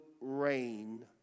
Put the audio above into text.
rain